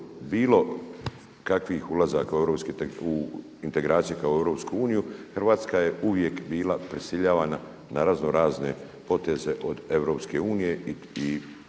bilo kakvih ulazaka u europske integracije kao u EU, Hrvatska je uvijek bila prisiljavana na raznorazne poteze od EU i